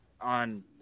on